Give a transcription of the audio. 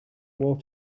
walked